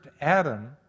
Adam